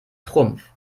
trumpf